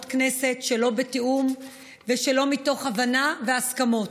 כנסת שלא בתיאום ושלא מתוך הבנה והסכמות.